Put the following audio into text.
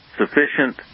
sufficient